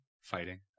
Fighting